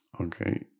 okay